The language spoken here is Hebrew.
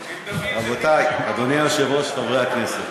רבותי, אדוני היושב-ראש, חברי הכנסת,